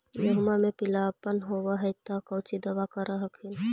गोहुमा मे पिला अपन होबै ह तो कौची दबा कर हखिन?